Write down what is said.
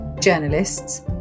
journalists